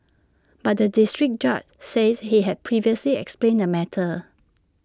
but the District Judge says he had previously explained the matter